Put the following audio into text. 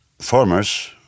farmers